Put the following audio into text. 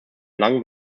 einen